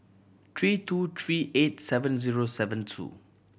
three two three eight seven zero seven two